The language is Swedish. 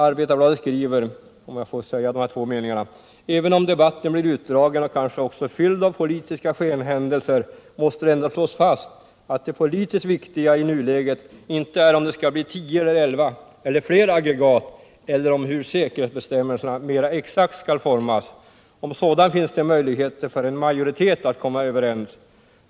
Arbetarbladet skriver: Även om debatten blivit utdragen och kanske också fylld av politiska skenhändelser, måste det ändå slås fast att det politiskt viktiga i nuläget inte är om det skall bli 10 eller 11 eller fler aggregat eller om hur säkerhetsbestämmelserna mera exakt skall formas — om sådant finns det möjligheter för en majoritet att komma överens.